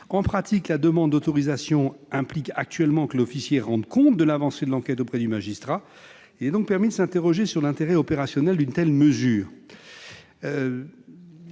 En pratique, la demande d'autorisation implique actuellement que l'officier de police judiciaire rende compte de l'avancée de l'enquête auprès du magistrat. Il est donc permis de s'interroger sur l'intérêt opérationnel d'une telle mesure.